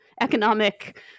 economic